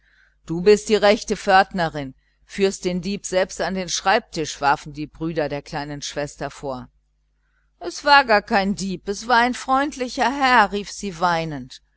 du bist die rechte pförtnerin führst den dieb selbst an den schreibtisch warfen die brüder der kleinen schwester vor es war ja gar kein dieb es war ein freundlicher herr rief sie weinend